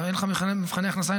אין לך מבחני הכנסה,